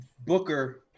Booker